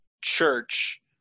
church